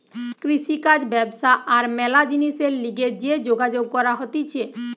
কৃষিকাজ ব্যবসা আর ম্যালা জিনিসের লিগে যে যোগাযোগ করা হতিছে